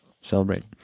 Celebrate